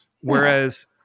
Whereas